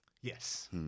yes